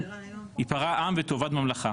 ייפרע עם וטובת ממלכה.